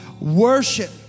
worship